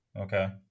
Okay